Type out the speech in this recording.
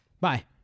Bye